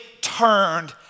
turned